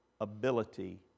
ability